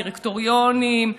בדירקטוריונים,